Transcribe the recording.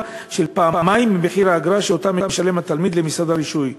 פעמיים מחיר האגרה שהתלמיד משלם למשרד הרישוי,